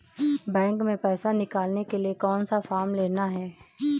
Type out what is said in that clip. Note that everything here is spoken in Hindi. बैंक में पैसा निकालने के लिए कौन सा फॉर्म लेना है?